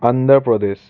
Andhra Pradesh